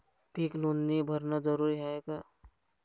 पीक नोंदनी भरनं जरूरी हाये का?